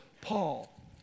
Paul